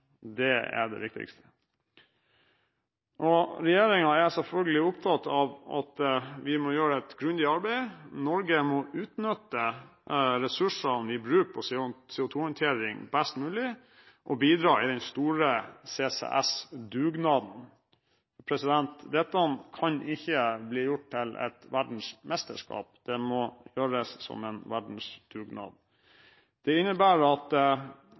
Det er det viktigste. Og regjeringen er selvfølgelig opptatt av at vi må gjøre et grundig arbeid. Norge må utnytte ressursene vi bruker på CO2-håndtering best mulig, og bidra i den store CCS-dugnaden, for dette kan ikke bli gjort til et verdensmesterskap, det må gjøres som en verdensdugnad. Det innebærer at vi også må tenke løsninger som når ut over landegrensene. Det avgjørende er at